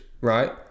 right